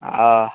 ओ